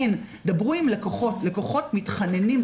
דברו עם לקוחות, לקוחות מתחננים.